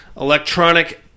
electronic